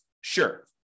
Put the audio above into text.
Sure